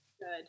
good